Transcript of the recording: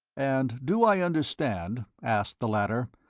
and do i understand, asked the latter,